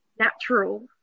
natural